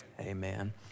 amen